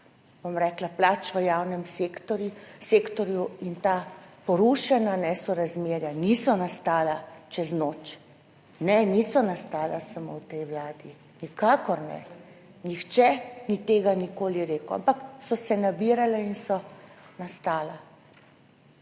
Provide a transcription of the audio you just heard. sistem plač v javnem sektorju. Ta porušena nesorazmerja niso nastala čez noč. Ne, niso nastala samo v tej vladi, nikakor ne, nihče ni tega nikoli rekel, ampak so se nabirale in so nastala.